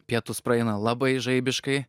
pietūs praeina labai žaibiškai